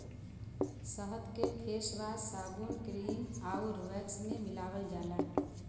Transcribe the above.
शहद के फेसवाश, साबुन, क्रीम आउर वैक्स में मिलावल जाला